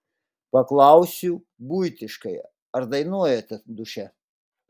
paklausiu buitiškai ar dainuojate duše